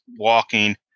walking